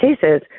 cases